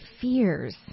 fears